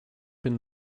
been